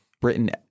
Britain